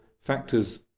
factors